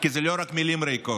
כי אלו לא רק מילים ריקות.